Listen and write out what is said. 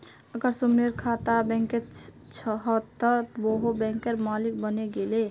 अगर सुमनेर खाता बैंकत छ त वोहों बैंकेर मालिक बने गेले